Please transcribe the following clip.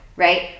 right